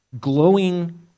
glowing